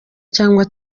cyangwa